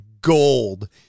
gold